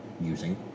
using